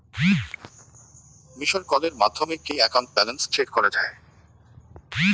Missed কলের মাধ্যমে কি একাউন্ট ব্যালেন্স চেক করা যায়?